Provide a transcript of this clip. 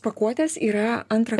pakuotės yra antrą